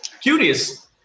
Curious